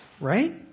right